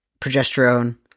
progesterone